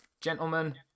gentlemen